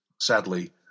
sadly